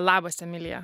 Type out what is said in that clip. labas emilija